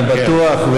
אני בטוח,